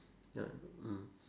ya mm